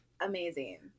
Amazing